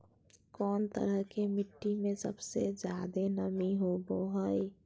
कौन तरह के मिट्टी में सबसे जादे नमी होबो हइ?